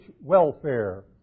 welfare